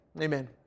Amen